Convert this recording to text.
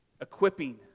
Equipping